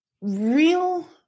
real